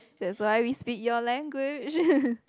that's why we speak your language